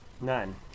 None